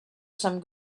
some